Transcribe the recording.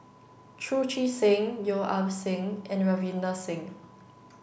Chu Chee Seng Yeo Ah Seng and Ravinder Singh